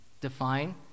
define